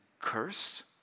curse